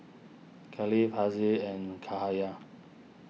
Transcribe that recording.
Kefli Hasif and Cahaya